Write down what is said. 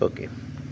okay